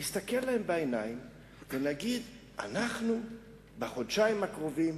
נסתכל להן בעיניים ונגיד: אנחנו בחודשיים הקרובים